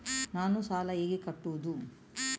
ನಾನು ಸಾಲ ಹೇಗೆ ಕಟ್ಟುವುದು?